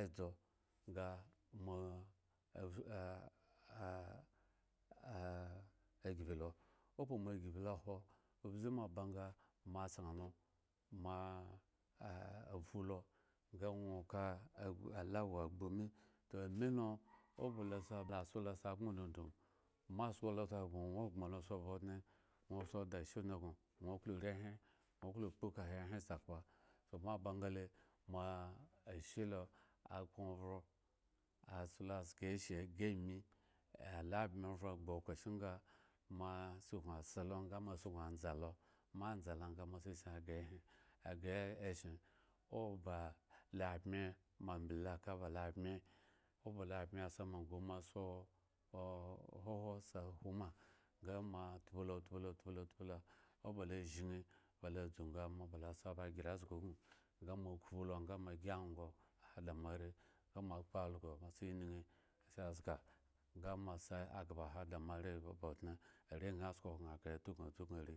ezo ga moa of a a a asbi lo owo ba moa agbi l awo obza moa ba ga asan lo, moa a fulo ga awo oka la awo agbo me to ame lo asa lo asa lo abmo asa asbon dodom moa asi lo agbon nwo ogbon lo sa ba odne nwo sade ashe odne gno nwe kloo ori ehan nwo klo kpo kaha ehen saka mba to mo a aba fale moa ash lo a kpo ovo asle zga ashe agi ami elo abmo ovo agbo okro kyen ngo mo askun asa lo moa asku aza lo moa za lo sa askun aji eshin owo ba moa lo abmi moa ble lo aka la abmi owo ba lo abmi at sema sun moa asa o huhu sa hwo ma sa moa atpi opi lo tpi lo tpi lo owo ba la azain mo ba za ayle zgno ga moa akpo lo ga mo syi ago ada moa are ga afa also asa iniye asa azga ga moa agba sa da moa are ba odne ae na asko ga atukun azo ugno ari